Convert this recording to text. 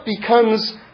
becomes